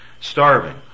starving